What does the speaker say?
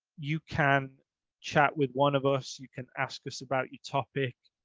you can chat with one of us. you can ask us about your topic.